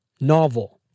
novel